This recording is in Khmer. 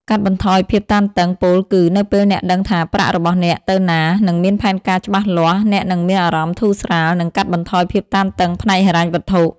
កាត់បន្ថយភាពតានតឹង ពោលគឺ នៅពេលអ្នកដឹងថាប្រាក់របស់អ្នកទៅណា និងមានផែនការច្បាស់លាស់ អ្នកនឹងមានអារម្មណ៍ធូរស្រាល និងកាត់បន្ថយភាពតានតឹងផ្នែកហិរញ្ញវត្ថុ។